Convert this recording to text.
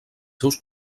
seus